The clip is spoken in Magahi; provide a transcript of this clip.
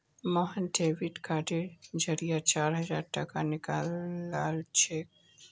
मोहन डेबिट कार्डेर जरिए चार हजार टाका निकलालछोक